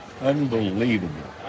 unbelievable